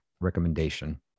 recommendation